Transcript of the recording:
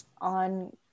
on